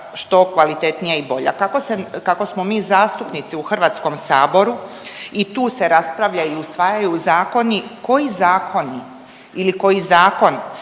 što kvalitetnija i bolja. Kako smo mi zastupnici u HS-u i tu se raspravljaju i usvajaju zakoni, koji zakoni ili koji zakon